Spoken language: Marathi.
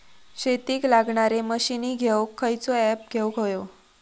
शेतीक लागणारे मशीनी घेवक खयचो ऍप घेवक होयो?